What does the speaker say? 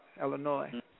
Illinois